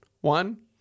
one